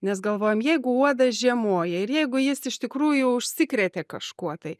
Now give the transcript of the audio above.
nes galvojam jeigu uodas žiemoja ir jeigu jis iš tikrųjų užsikrėtė kažkuo tai